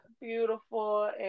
beautiful